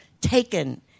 taken